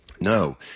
No